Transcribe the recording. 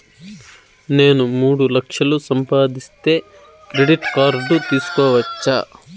నేను మూడు లక్షలు సంపాదిస్తే క్రెడిట్ కార్డు తీసుకోవచ్చా?